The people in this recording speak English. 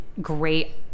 great